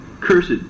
Cursed